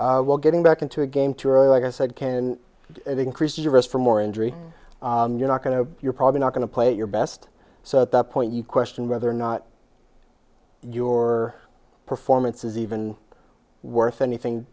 while getting back into a game too early like i said can increase the risk for more injury you're not going to you're probably not going to play your best so at that point you question whether or not your performance is even worth anything